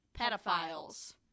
Pedophiles